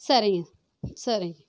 சரிங்க சரிங்க